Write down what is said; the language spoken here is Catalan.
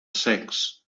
secs